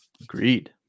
Agreed